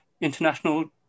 international